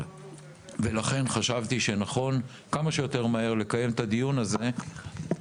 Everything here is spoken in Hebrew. לכן חשבתי שנכון לקיים את הדיון הזה כמה שיותר מהר,